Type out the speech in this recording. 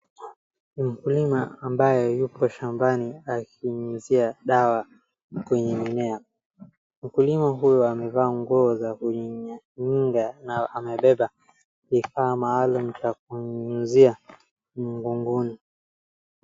Mkulima ambaye yuko shambani akinyunyizia dawa kwenye mimea. Mkulima huyu amevaa nguo za kunyunyizia na amebeba kifaa maalum cha kunyunyizia mgongoni.